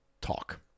talk